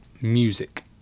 music